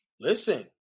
Listen